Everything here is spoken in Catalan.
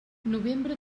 novembre